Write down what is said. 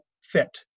fit